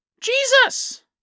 Jesus